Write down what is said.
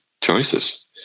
choices